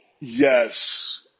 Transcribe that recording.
yes